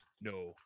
no